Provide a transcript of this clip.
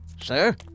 Sir